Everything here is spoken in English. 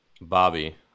Bobby